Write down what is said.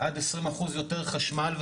עד 20% יותר חשמל,